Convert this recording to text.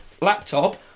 Laptop